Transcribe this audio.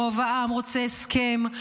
רוב העם רוצה הסכם,